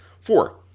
Four